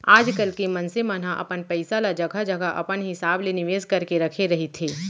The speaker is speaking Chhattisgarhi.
आजकल के मनसे मन ह अपन पइसा ल जघा जघा अपन हिसाब ले निवेस करके रखे रहिथे